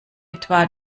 etwa